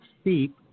steep